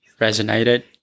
resonated